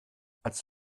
als